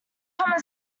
common